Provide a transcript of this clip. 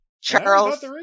Charles